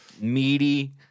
meaty